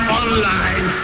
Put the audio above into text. online